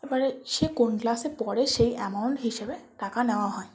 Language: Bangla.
এবারে সে কোন ক্লাসে পড়ে সেই অ্যামাউন্ট হিসেবে টাকা নেওয়া হয়